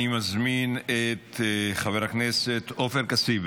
אני מזמין את חבר הכנסת עופר כסיף,